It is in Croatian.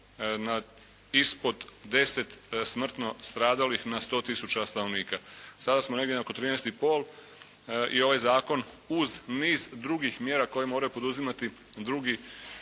ispod 10 smrtno stradalih na 100 tisuća stanovnika. Sada smo negdje na oko 13 i pol i ovaj zakon uz niz drugih mjera koje moraju poduzimati druge